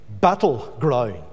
battleground